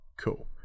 Cool